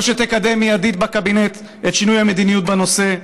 או שתקדם מיידית בקבינט את שינוי המדיניות בנושא,